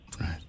Right